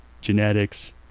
genetics